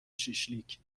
شیشلیک